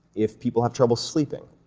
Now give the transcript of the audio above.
if people have trouble sleeping,